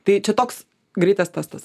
tai čia toks greitas testas